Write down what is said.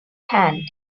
hand